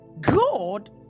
God